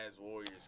Warriors